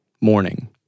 morning